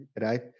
right